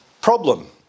Problem